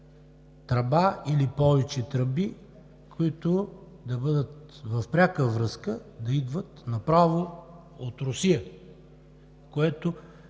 тръба или повече тръби, които да бъдат в пряка връзка, да идват направо от Русия. Това